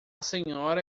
senhora